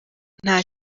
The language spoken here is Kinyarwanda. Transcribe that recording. nta